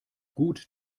gut